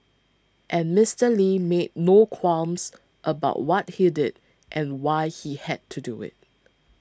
and Mister Lee made no qualms about what he did and why he had to do it